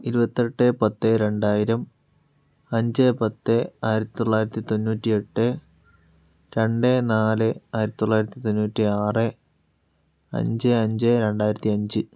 ഇരുപത്തെട്ട് പത്ത് രണ്ടായിരം അഞ്ച് പത്ത് ആയിരത്തിത്തൊള്ളായിരത്തി തൊണ്ണൂറ്റിയെട്ട് രണ്ട് നാല് ആയിരത്തിത്തൊള്ളായിരത്തി തൊണ്ണൂറ്റിയാറ് അഞ്ച് അഞ്ച് രണ്ടായിരത്തിയഞ്ച്